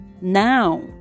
now